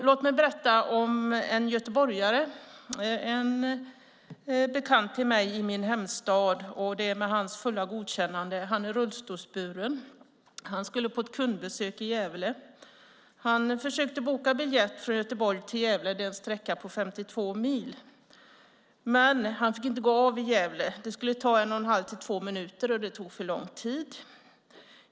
Låt mig berätta om en göteborgare - en bekant till mig i min hemstad. Jag gör det med hans fulla godkännande. Han är rullstolsburen. Han skulle på ett kundbesök i Gävle. Han försökte boka biljett från Göteborg till Gävle. Det är en sträcka på 52 mil. Men han fick inte gå av i Gävle. Det skulle ta en och halv till två minuter, och det tog för lång tid.